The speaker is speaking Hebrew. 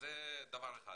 זה דבר אחד.